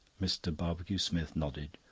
mr. barbecue-smith nodded.